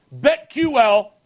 BetQL